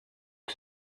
que